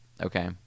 okay